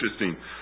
interesting